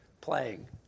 playing